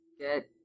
get